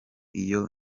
iyo